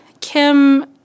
Kim